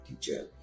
teacher